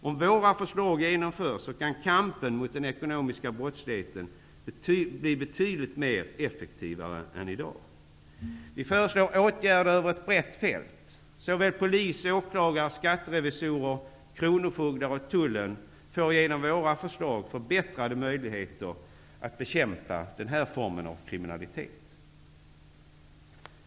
Om våra förslag genomförs kan kampen mot den ekonomiska brottsligheten bli betydligt mer effektiv än i dag. Vi föreslår åtgärder över ett brett fält. Polis, åklagare, skatterevisorer, kronofogdar och tull får genom våra förslag förbättrade möjligheter att bekämpa denna form av kriminalitet.